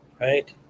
Right